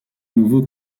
nouveau